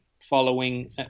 following